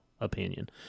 opinion